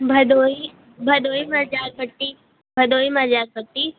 भदोही भदोही बाज़ार पट्टी भदोही बाज़ार पट्टी